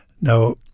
Now